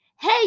Hey